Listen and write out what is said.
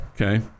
Okay